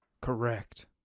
Correct